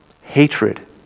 Hatred